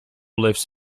lives